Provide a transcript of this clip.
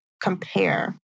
compare